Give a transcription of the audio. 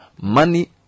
money